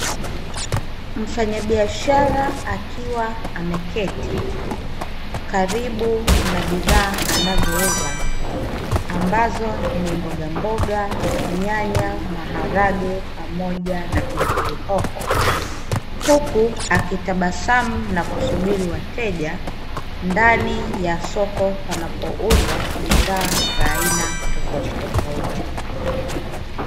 Mfanyabiashara akiwa ameketi karibu na bidhaa anazouza, ambazo ni: mbogamboga, nyanya, maharage pamoja na pilpili hoho, huku akitabasamu na kusubiri wateja ndani ya soko panapouzwa bidhaa za aina tofautitofauti.